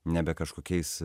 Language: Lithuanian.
nebe kažkokiais